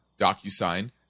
DocuSign